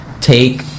take